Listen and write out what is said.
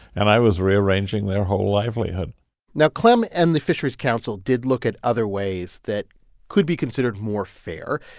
and i was rearranging their whole livelihood now, clem and the fisheries council did look at other ways that could be considered more fair.